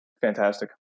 fantastic